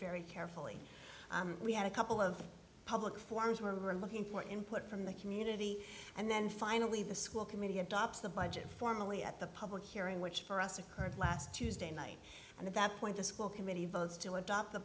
very carefully we had a couple of public forms were looking for input from the community and then finally the school committee adopts the budget formally at the public hearing which for us occurred last tuesday night and at that point the school committee votes to adopt the